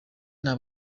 nta